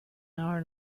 hour